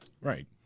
Right